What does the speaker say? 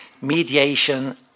mediation